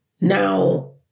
Now